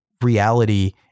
reality